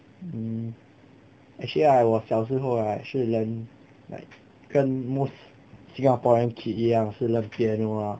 hmm actually right 我小时候 right 是 learn like 跟 most singaporean kids 一样是那些 piano ah